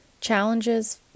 challenges